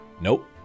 Nope